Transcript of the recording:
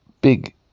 big